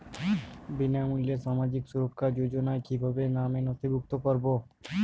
বিনামূল্যে সামাজিক সুরক্ষা যোজনায় কিভাবে নামে নথিভুক্ত করবো?